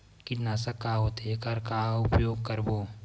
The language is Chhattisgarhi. कीटनाशक का होथे एखर का उपयोग करबो?